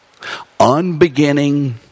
unbeginning